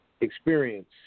experience